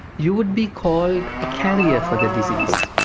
you would be called a carrier for the disease,